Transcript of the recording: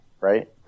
right